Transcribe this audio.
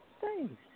Thanks